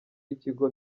y’ikigo